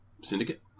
Syndicate